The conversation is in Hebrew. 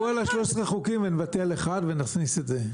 אז תעברו על 13 החוקים, נבטל אחד ונכניס את זה.